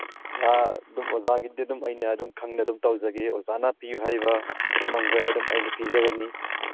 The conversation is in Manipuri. ꯁꯥꯔ ꯑꯗꯨꯝ ꯑꯣꯖꯥꯒꯤꯗꯤ ꯑꯗꯨꯝ ꯑꯩꯅ ꯑꯗꯨꯝ ꯈꯪꯅ ꯑꯗꯨꯝ ꯇꯧꯖꯒꯦ ꯑꯣꯖꯥꯅ ꯄꯤꯌꯨ ꯍꯥꯏꯔꯤꯕ ꯁꯦꯟꯐꯝꯈꯩ ꯑꯗꯨꯝ ꯑꯩꯅ ꯄꯤꯖꯒꯅꯤ